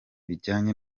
bijyanye